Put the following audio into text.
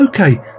Okay